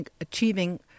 achieving